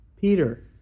Peter